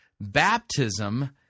baptism